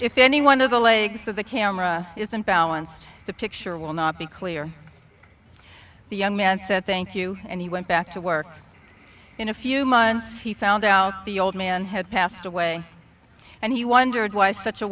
if any one of the legs of the camera is unbalanced the picture will not be clear the young man said thank you and he went back to work in a few months he found out the old man had passed away and he wondered why such a